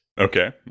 Okay